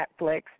Netflix